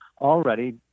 already